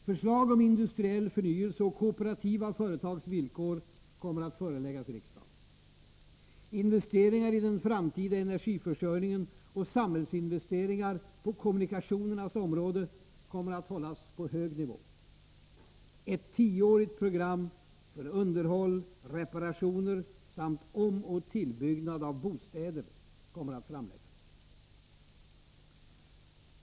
Förslag till industriell förnyelse och kooperativa företags villkor kommer att föreläggas riksdagen. Investeringar i den framtida energiförsörjningen och samhällsinvesteringar på kommunikationernas område kommer att hållas på hög nivå. Ett tioårigt program för underhåll, reparationer samt omoch tillbyggnad av bostäder kommer att framläggas.